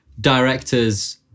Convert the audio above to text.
directors